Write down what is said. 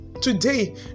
Today